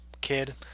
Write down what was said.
kid